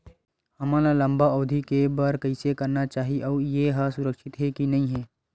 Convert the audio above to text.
हमन ला लंबा अवधि के बर कइसे करना चाही अउ ये हा सुरक्षित हे के नई हे?